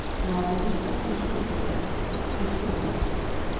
and i repeat them in print here with equal earnestness.